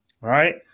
right